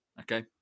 Okay